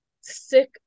sick